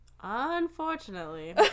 Unfortunately